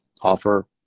offer